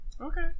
Okay